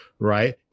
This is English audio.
right